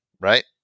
right